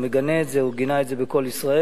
הוא מגנה את זה, הוא גינה את זה ב"קול ישראל".